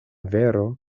vero